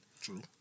True